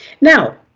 Now